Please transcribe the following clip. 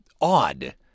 odd